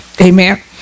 Amen